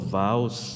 vows